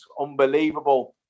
unbelievable